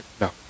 no